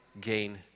gain